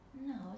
No